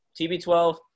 TB12